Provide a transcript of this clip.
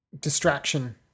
distraction